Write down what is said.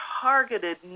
targeted